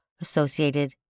associated